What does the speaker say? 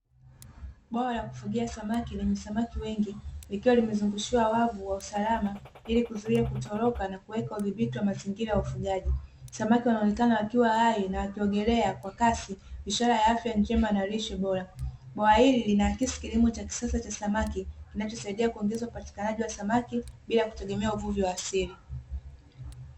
Bwawa la kifugia samaki lenye samaki wengi likiwa limezungushiwa wavu wa usalama ili kuzuia kutoroka na kuweka udhibiti wa mazingira ya ufugaji. Samaki wanaonekana wakiwa hai na wakiogelea kwa kasi ishara ya afya njema na lishe bora . Bwawa hili lina akisi kilimo cha kisasa cha samaki kinachosaidia kuongeza upatikanaji wa samaki bila kutegemea uvuvi wa asili.